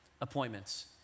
appointments